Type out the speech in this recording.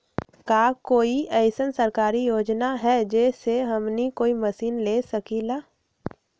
का कोई अइसन सरकारी योजना है जै से हमनी कोई मशीन ले सकीं ला?